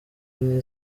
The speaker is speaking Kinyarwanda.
nke